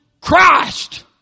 Christ